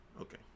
okay